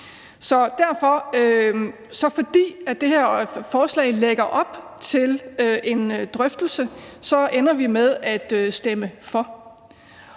Så fordi det her forslag lægger op til en drøftelse, ender vi med at stemme for